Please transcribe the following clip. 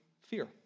fear